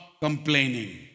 complaining